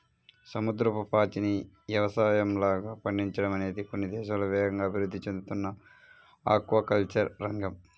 సముద్రపు పాచిని యవసాయంలాగా పండించడం అనేది కొన్ని దేశాల్లో వేగంగా అభివృద్ధి చెందుతున్న ఆక్వాకల్చర్ రంగం